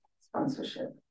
sponsorship